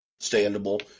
understandable